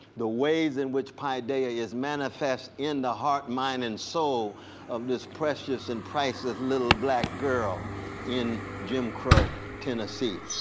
the ways in which paideia is manifested in the heart, mind, and soul so of this precious and priceless little black girl in jim crow tennessee.